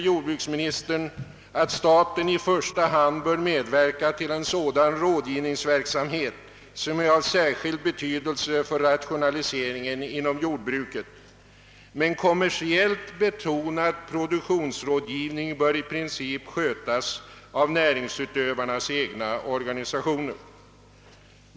Jordbruksministern säger att staten i första hand bör medverka i sådan råd givningsverksamhet som är av särskild betydelse för rationaliseringen inom jordbruket men att kommersiellt betonad produktionsrådgivning i princip bör skötas av näringsutövarnas egna organisationer.